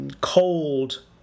cold